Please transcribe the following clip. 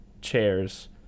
chairs